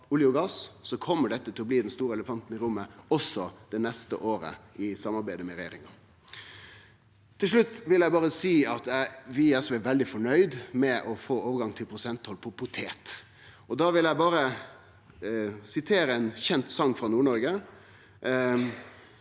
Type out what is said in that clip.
kjem dette til å bli den store elefanten i rommet også det neste året i samarbeidet med regjeringa. Til slutt vil eg seie at vi i SV er veldig fornøgde med å få overgang til prosenttoll på potet, og eg vil sitere ein kjend song frå Nord-Noreg,